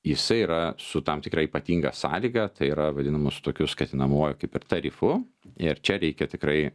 jisai yra su tam tikra ypatinga sąlyga tai yra vadinama su tokiu skatinamuoju kaip ir tarifu ir čia reikia tikrai